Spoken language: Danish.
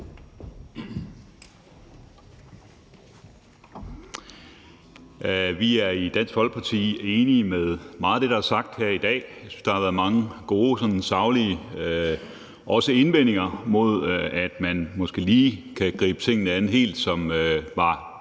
Vi er i Dansk Folkeparti enige i meget af det, der er sagt her i dag. Jeg synes, der har været mange gode og saglige ting, herunder indvendinger mod, at man måske lige greb tingene an på en måde,